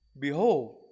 Behold